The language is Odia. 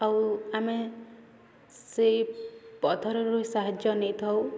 ଆଉ ଆମେ ସେଇ ପଥରରୁ ସାହାଯ୍ୟ ନେଇଥାଉ